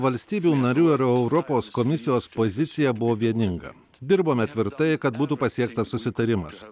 valstybių narių ir europos komisijos pozicija buvo vieninga dirbome tvirtai kad būtų pasiektas susitarimas